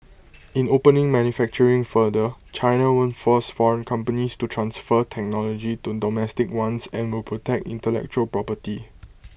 in opening manufacturing further China won't force foreign companies to transfer technology to domestic ones and will protect intellectual property